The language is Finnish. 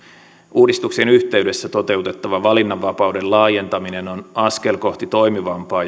uudistuksien yhteydessä toteutettava valinnanvapauden laajentaminen on askel kohti toimivampaa